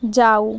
যাউ